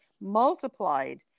multiplied